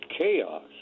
chaos